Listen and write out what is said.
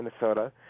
Minnesota